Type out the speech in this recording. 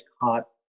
caught